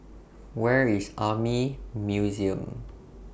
Where IS Army Museum